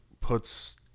puts